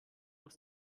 aus